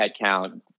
headcount